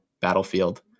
Battlefield